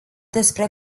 despre